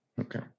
Okay